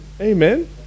Amen